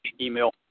email